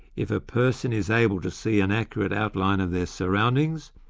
if a person is able to see an accurate outline of their surroundings,